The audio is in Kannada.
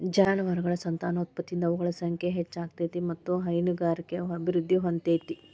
ಜಾನುವಾರಗಳ ಸಂತಾನೋತ್ಪತ್ತಿಯಿಂದ ಅವುಗಳ ಸಂಖ್ಯೆ ಹೆಚ್ಚ ಆಗ್ತೇತಿ ಮತ್ತ್ ಹೈನುಗಾರಿಕೆನು ಅಭಿವೃದ್ಧಿ ಹೊಂದತೇತಿ